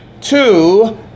two